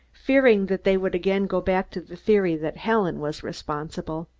fearing that they would again go back to the theory that helen was responsible.